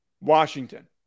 Washington